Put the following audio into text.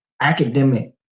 academic